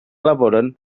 elaboren